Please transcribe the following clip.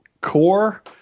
core